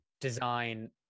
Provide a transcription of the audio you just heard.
design